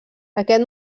aquest